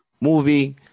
movie